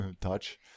touch